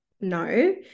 no